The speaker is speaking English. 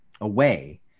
away